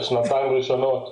לשנתיים ראשונות.